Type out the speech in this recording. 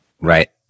Right